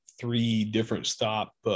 three-different-stop